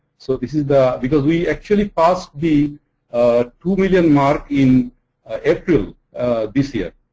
so this is the because we actually passed the two-million mark in april this year.